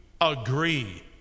agree